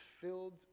filled